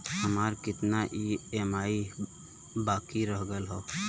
हमार कितना ई ई.एम.आई बाकी रह गइल हौ?